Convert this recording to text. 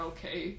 Okay